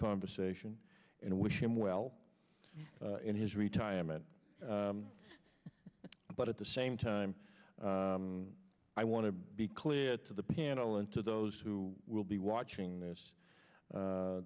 conversation and wish him well in his retirement but at the same time i want to be clear to the panel and to those who will be watching this